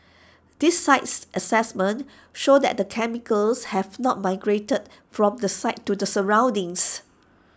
these sites assessments show that the chemicals have not migrated from the site to the surroundings